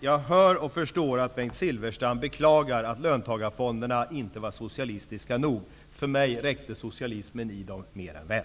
Jag hör och förstår att Bengt Silfverstrand beklagar att löntagarfonderna inte var socialistiska nog. För mig räckte socialismen i dem mer än väl.